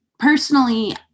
Personally